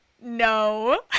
no